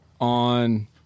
on